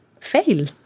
fail